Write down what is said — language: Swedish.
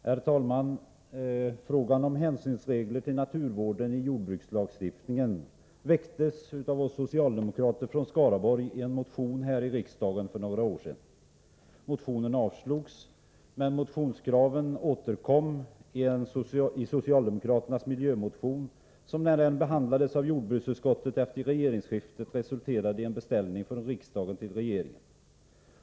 Herr talman! Frågan om hänsynsregler i jordbrukslagstiftningen till förmån för naturvården väcktes av oss socialdemokrater från Skaraborgs län i en motion här i riksdagen för några år sedan. Motionen avslogs, men motionskraven återkom i socialdemokraternas miljömotion, som när den behandlades av jordbruksutskottet efter regeringsskiftet resulterade i en beställning från riksdagen till regeringen.